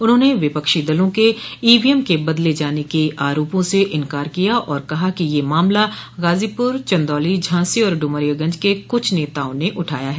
उन्होंने विपक्षी दलों के ईवीएम के बदले जाने के आरोपों से इनकार किया और कहा कि यह मामला गाजीपुर चंदौली झांसी और डूमरियागंज के कुछ नेताओं ने उठाया है